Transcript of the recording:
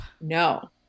No